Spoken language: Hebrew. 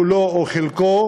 כולו או חלקו,